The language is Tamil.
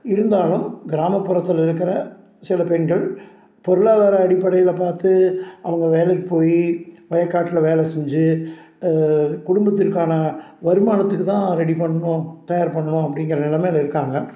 இருந்தாலும் கிராமபுறத்தில் இருக்கிற சில பெண்கள் பொருளாதார அடிப்படையில் பார்த்து அவங்க வேலைக்கு போய் வயக்காட்டில் வேலை செஞ்சு குடும்பத்திற்கான வருமானத்துக்கு தான் ரெடி பண்ணணும் தயார் பண்ணணும் அப்படிங்கிற நிலைமையில இருக்காங்க